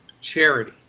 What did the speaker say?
charity